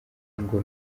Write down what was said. ngo